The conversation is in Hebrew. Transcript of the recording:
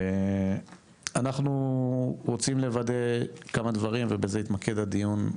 אנחנו רוצים לוודא כמה דברים ובזה יתמקד הדיון,